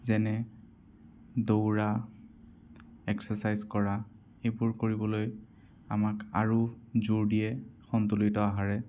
যেনে দৌৰা এক্সাৰ্চাইজ কৰা সেইবোৰ কৰিবলৈ আমাক আৰু জোৰ দিয়ে সন্তুলিত আহাৰে